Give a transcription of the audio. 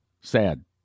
Sad